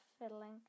fiddling